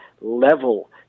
level